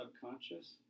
subconscious